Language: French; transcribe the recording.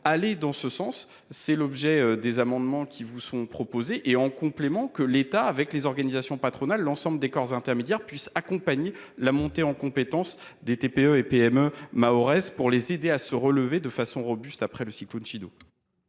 aller dans ce sens. C’est l’objet des amendements qui vous sont proposés. L’État, les organisations patronales et l’ensemble des corps intermédiaires doivent pouvoir accompagner la montée en compétences des TPE PME mahoraises pour les aider à se relever de façon robuste après le cyclone Chido.